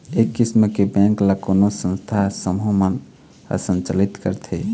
ए किसम के बेंक ल कोनो संस्था या समूह मन ह संचालित करथे